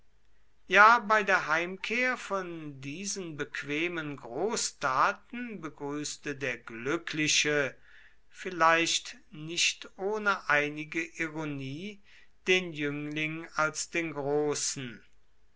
ja bei der heimkehr von diesen bequemen großtaten begrüßte der glückliche vielleicht nicht ohne einige ironie den jüngling als den großen